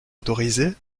autorisé